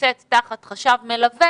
שנמצאת תחת חשב מלווה